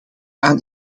aan